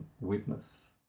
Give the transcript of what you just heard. witness